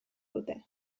dute